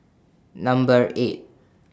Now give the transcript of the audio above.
Number eight